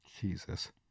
Jesus